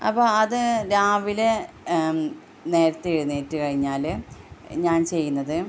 അപ്പോൾ അത് രാവിലെ നേരത്തെ എഴുന്നേറ്റ് കഴിഞ്ഞാൽ ഞാൻ ചെയ്യുന്നത്